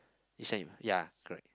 the same ya correct